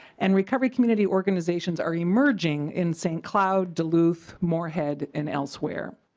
and recovery community organizations are emerging in st. cloud duluth morehead and elsewhere.